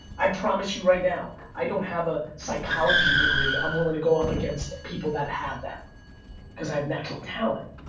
i promise you right now, i don't have a psychology degree, i'm willing to go up against people that have them cause i have natural talent.